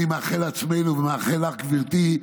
אני מאחל לעצמנו ומאחל לך, גברתי,